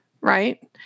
right